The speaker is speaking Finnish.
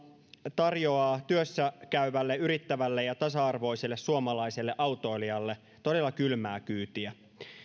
tarjoaa työssäkäyvälle yrittävälle ja tasa arvoiselle suomalaiselle autoilijalle todella kylmää kyytiä